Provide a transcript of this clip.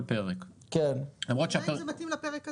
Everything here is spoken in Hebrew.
פרק --- השאלה היא אם זה מתאים לפרק הזה.